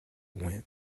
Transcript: went